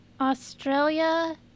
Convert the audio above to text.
Australia